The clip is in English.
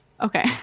Okay